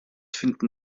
finden